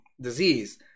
disease